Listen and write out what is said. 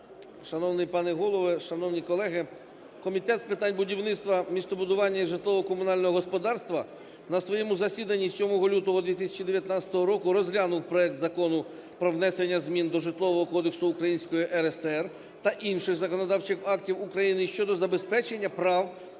Шановний пане Голово! Шановні колеги! Комітет з питань будівництва, містобудування і житлово-комунального господарства на своєму засіданні 7 лютого 2019 року розглянув проект Закону про внесення змін до Житлового кодексу Української РСР та інших законодавчих актів України щодо забезпечення прав